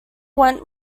went